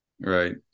right